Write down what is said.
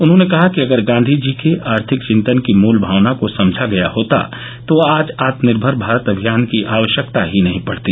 उन्होंने कहा कि अगर गांधी के आर्थिक चिंतन की मुल भावना को समझा गया होता तो आज आत्मनिर्मर भारत अमियान की आवश्यकता ही नहीं पड़ती